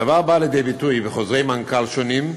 הדבר בא לידי ביטוי בחוזרי מנכ"ל שונים,